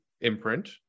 imprint